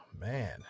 Man